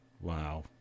Wow